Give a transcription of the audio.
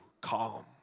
calm